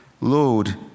Lord